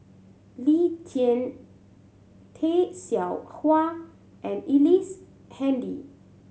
Lee Tjin Tay Seow Huah and Ellice Handy